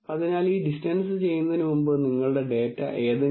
അതിനാൽ നിങ്ങൾക്ക് n ഡയമെൻഷനുകളിൽ ഡാറ്റ കാണാൻ കഴിയും